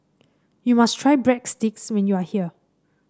you must try Breadsticks when you are here